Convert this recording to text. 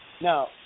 Now